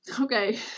Okay